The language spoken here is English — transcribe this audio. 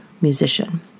musician